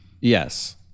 Yes